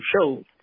show